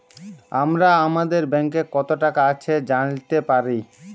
আমরা আমাদের ব্যাংকে কত টাকা আছে জাইলতে পারি